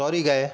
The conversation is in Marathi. सॉरी काय